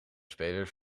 spelers